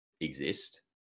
exist